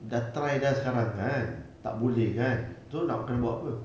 sudah try sudah sekarang kan tak boleh kan so nak kena buat apa